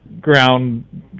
ground